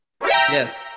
Yes